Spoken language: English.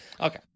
Okay